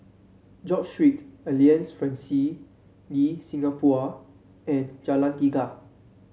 George Street Alliance Francaise de Singapour and Jalan Tiga